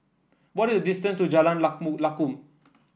what is the distance to Jalan Lakum